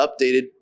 updated